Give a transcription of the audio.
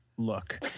Look